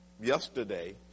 yesterday